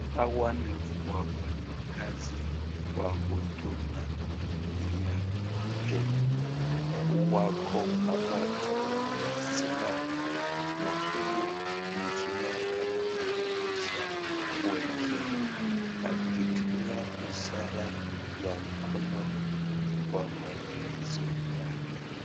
Hawa ni wafanyi kazi wa huduma ya Kenya. Wako pamoja wamesimama na huyu mwingine anaongelesha wengine akitumia ishara ya mkono kwa maelezo yake.